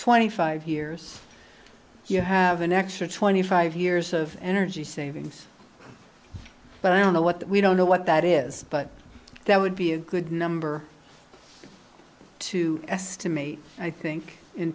twenty five years you have an extra twenty five years of energy savings but i don't know what that we don't know what that is but that would be a good number to estimate i think in